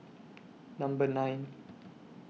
Number nine